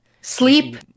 sleep